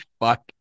fuck